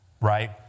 right